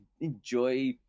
enjoy